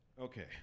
okay